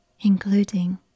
including